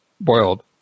boiled